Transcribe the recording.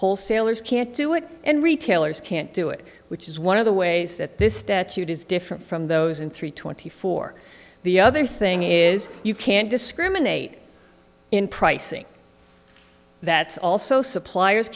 wholesalers can't do it and retailers can't do it which is one of the ways that this statute is different from those in three twenty four the other thing is you can't discriminate in pricing that also suppliers